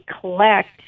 collect